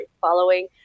following